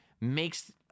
makes